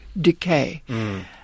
decay